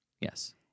Yes